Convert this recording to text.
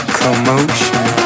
Commotion